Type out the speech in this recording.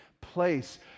place